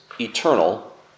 eternal